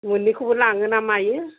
मोननैखौबो लाङोना मायो